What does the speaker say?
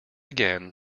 again